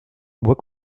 bois